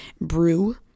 brew